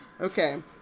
Okay